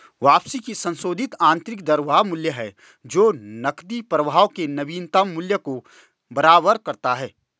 वापसी की संशोधित आंतरिक दर वह मूल्य है जो नकदी प्रवाह के नवीनतम मूल्य को बराबर करता है